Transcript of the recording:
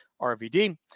RVD